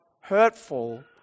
hurtful